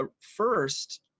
first